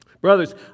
Brothers